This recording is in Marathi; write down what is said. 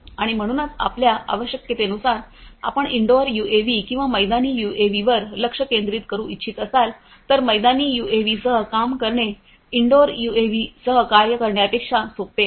आणि म्हणूनच आपल्या आवश्यकतेनुसार आपण इनडोअर यूएव्ही किंवा मैदानी यूएव्हीवर लक्ष केंद्रित करू इच्छित असाल तर मैदानी यूएव्हीसह काम करणे इनडोअर यूएव्हीसह कार्य करण्यापेक्षा सोपे आहे